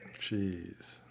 Jeez